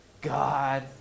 God